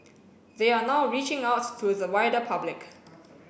they are now reaching out to the wider public